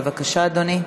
בבקשה, אדוני.